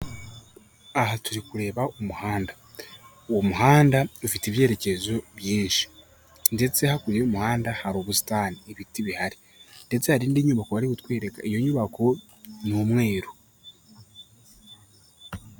Aha turi kureba umuhanda, uwo muhanda ufite ibyerekezo byinshi ndetse hakurya y'umuhanda hari ubusitani, ibiti bihari ndetse hari indi nyubako bari butwereka, iyo nyubako ni umweru.